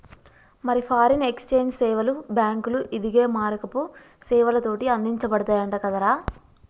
మరి foreign exchange సేవలు బాంకులు, ఇదిగే మారకపు సేవలతోటి అందించబడతయంట కదరా